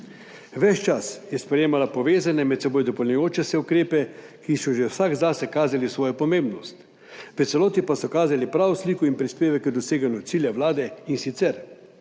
Ves čas je sprejemala povezane, med seboj dopolnjujoče se ukrepe, ki so že vsak zase kazali svojo pomembnost, v celoti pa so kazali pravo sliko in prispevek k doseganju cilja vlade, in sicer